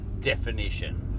definition